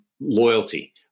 loyalty